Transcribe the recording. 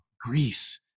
greece